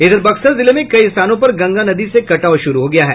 इधर बक्सर जिले में कई स्थानों पर गंगा नदी से कटाव शुरू हो गया है